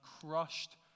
crushed